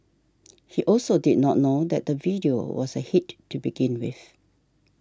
he also did not know that the video was a hit to begin with